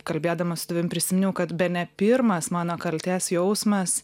kalbėdama su tavim prisiminiau kad bene pirmas mano kaltės jausmas